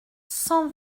cent